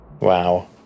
Wow